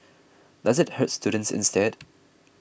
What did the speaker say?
does it hurt students instead